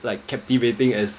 like captivating as